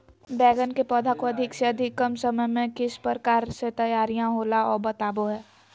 बैगन के पौधा को अधिक से अधिक कम समय में किस प्रकार से तैयारियां होला औ बताबो है?